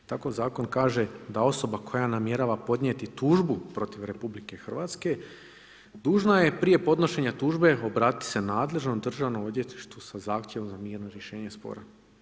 Tako Zakon kaže da osoba koja namjerava podnijeti tužbu protiv Republiku Hrvatske dužna je prije podnošenja tužbe obratiti se nadležnom državnom odvjetništvu sa zahtjevom za mirno rješenje spora.